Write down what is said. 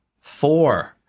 Four